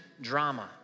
drama